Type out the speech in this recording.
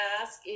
ask